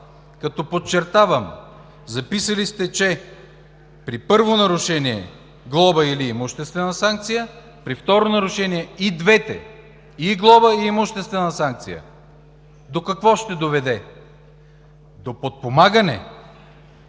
обхват, подчертавам, сте записали, че: „при първо нарушение глоба или имуществена санкция. При второ нарушение и двете – и глоба, и имуществена санкция.“ До какво ще доведе? До подпомагане